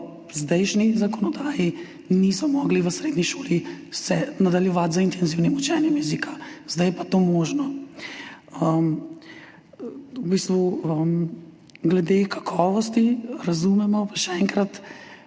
zdajšnji zakonodaji niso mogli v srednji šoli nadaljevati z intenzivnim učenjem jezika, zdaj je pa to možno. Glede kakovosti razumemo, še enkrat,